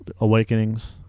Awakenings